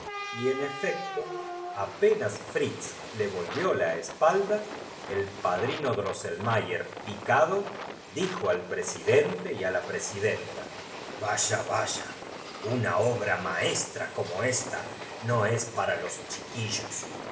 ahora en efecto apenas fritz le volvió la espal qué poco razonable eres pedigüeño da el padrino dtosselroayer picado dijo sempiterno exclamó el padrino que co al presidente y á la presidenta vaya vaya una obra maestra como esta no es para los chiquillos